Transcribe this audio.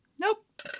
Nope